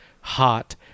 hot